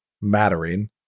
mattering